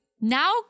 now